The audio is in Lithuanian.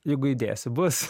jeigu įdėsi bus